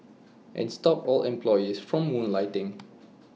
and stop all employees from moonlighting